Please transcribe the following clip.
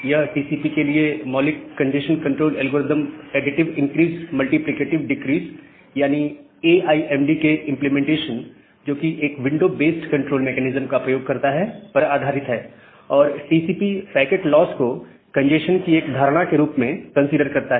यह टीसीपी के लिए मौलिक congestion control algorithm additive increase multiplicative decrease यानी ए आई एम डी के इंप्लीमेंटेशन जो कि एक विंडो बेस्ड कंट्रोल मेकैनिज्म का प्रयोग करता है पर आधारित है और टीसीपी पैकेट लॉस को कंजेस्शन की एक धारणा के रूप में कंसीडर करता है